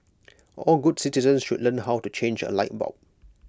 all good citizens should learn how to change A light bulb